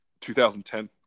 2010